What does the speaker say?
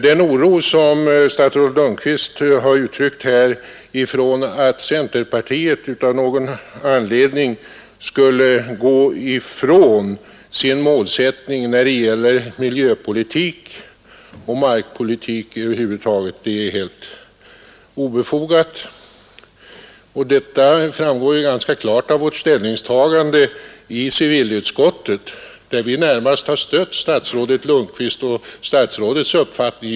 Den oro som statsrådet Lundkvist har uttryckt för att centerpartiet av någon anledning skulle gå ifrån sin målsättning när det gäller miljöpolitik och markpolitik är helt obefogad. Vår inställning till dessa frågor framgår ju ganska klart av vårt ställningstagande i civilutskottet, där vi närmast har stött statsrådet Lundkvists egen uppfattning.